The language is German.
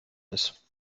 ist